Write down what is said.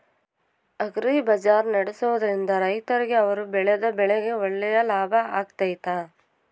Agri ಬಜಾರ್ ನಡೆಸ್ದೊರಿಂದ ರೈತರಿಗೆ ಅವರು ಬೆಳೆದ ಬೆಳೆಗೆ ಒಳ್ಳೆ ಲಾಭ ಆಗ್ತೈತಾ?